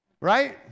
Right